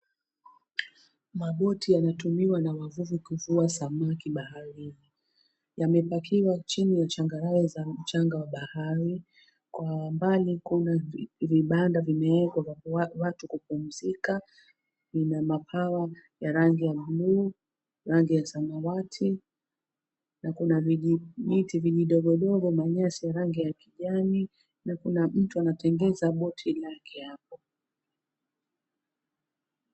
Maboti yanatumiwa na wavuvi kuvua samaki baharini. Yamepakiwa chini ya changarawe za mchanga wa bahari. Kwa mbali kuna vibanda vimeekwa vya watu kupumzika vina mapaa ya rangi ya buluu, rangi ya samawati na kuna vijiti vidogodogo na nyasi ya rangi ya kijani na kuna mtu anatengeza boti lake hapo.